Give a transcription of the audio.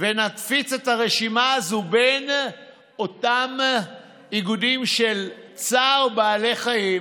ונפיץ את הרשימה הזאת בין אותם איגודים של צער בעלי חיים,